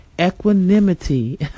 equanimity